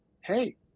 Hey